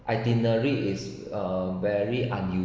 itinerary is uh very un~